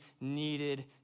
needed